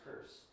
curse